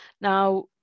Now